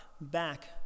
back